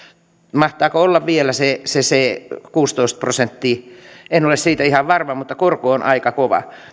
mahtaako vielä olla se kuusitoista prosenttia en ole siitä ihan varma mutta korko on aika kova